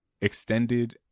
extended